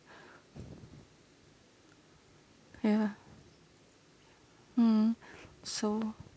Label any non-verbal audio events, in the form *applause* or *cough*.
*breath* yeah mm *breath* so